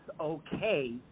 okay